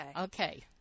Okay